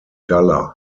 duller